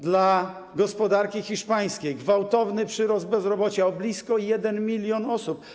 Dla gospodarki hiszpańskiej to gwałtowny przyrost bezrobocia o blisko 1 mln osób.